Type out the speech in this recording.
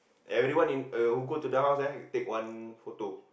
everyone in uh who go to the house eh take one photo